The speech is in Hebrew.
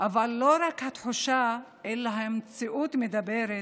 אבל לא רק התחושה אלא המציאות מדברת,